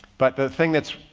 but the thing that's,